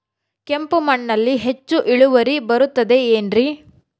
ಕೆಂಪು ಮಣ್ಣಲ್ಲಿ ಹೆಚ್ಚು ಇಳುವರಿ ಬರುತ್ತದೆ ಏನ್ರಿ?